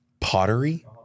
Pottery